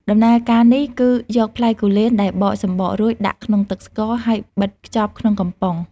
ដំណើរការនេះគឺយកផ្លែគូលែនដែលបកសំបករួចដាក់ក្នុងទឹកស្ករ ហើយបិទខ្ចប់ក្នុងកំប៉ុង។